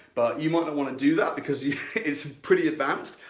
you might not want to do that because it's pretty advanced.